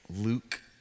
Luke